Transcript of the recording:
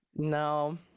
No